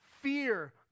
fear